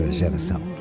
geração